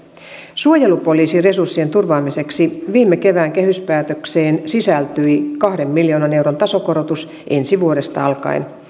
suojelupoliisin resurssien turvaamiseksi viime kevään kehyspäätökseen sisältyy kahden miljoonan euron tasokorotus ensi vuodesta alkaen